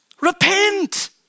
Repent